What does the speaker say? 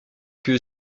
que